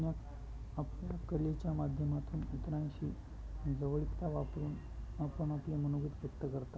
आपल्या आपल्या कलेच्या माध्यमातून इतरांशी जवळीक वापरून आपण आपल्या मनोगत व्यक्त करतात